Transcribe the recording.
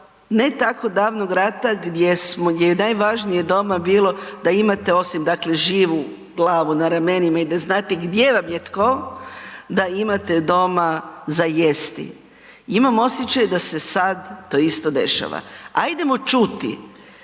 ne tako davnog rata gdje smo, gdje je najvažnije doma bilo da imate, osim, dakle živu glavu na ramenima i da znate gdje vam je tko, da imate doma za jesti. Imam osjećaj da se sad to isto dešava. Ajdemo čuti,